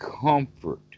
comfort